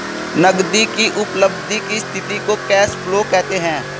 नगदी की उपलब्धि की स्थिति को कैश फ्लो कहते हैं